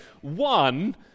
one